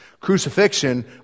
Crucifixion